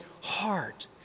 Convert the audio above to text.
heart